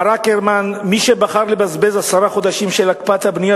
מר אקרמן: מי שבחר לבזבז עשרה חודשים של הקפאת הבנייה